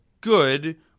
good